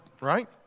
right